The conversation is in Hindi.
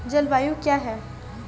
जलवायु क्या है?